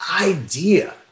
idea